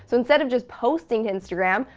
so instead of just posting to instagram,